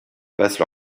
passent